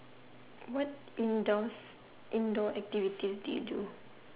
what indoors indoor activities do you do